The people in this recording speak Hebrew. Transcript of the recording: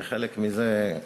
כחלק מזה,